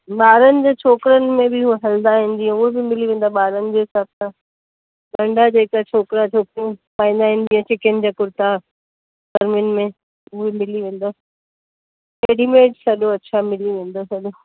ॿारनि जा छोकिरनि में बि उहा हलंदा आहिनि जीअं उहा बि मिली वेंदा ॿारनि जे हिसाब सां नंढा जेका छोकिरा छोकिरियूं पाईंदा आहिनि जीअं चिकन जा कुर्ता गर्मियुनि में उहे मिली वेंदा रेडीमेड सॼो अच्छा मिली वेंदो सॼो